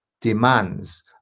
demands